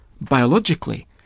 biologically